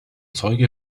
zeuge